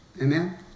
Amen